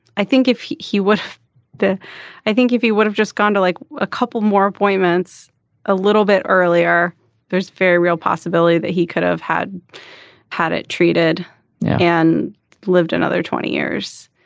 i think if he he was there i think if you would have just gone to like a couple more appointments a little bit earlier there's very real possibility that he could have had had it treated and lived another twenty years.